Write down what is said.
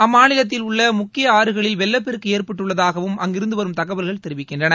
அம்மாநிலத்தில் உள்ள முக்கிய ஆறுகளில் வெள்ளப்பெருக்கு ஏற்பட்டுள்ளதாகவும் அங்கிருந்து வரும் தகவல்கள் தெரிவிக்கின்றன